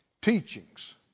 teachings